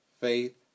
faith